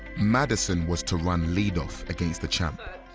madison was to run leadoff against the champ.